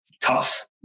tough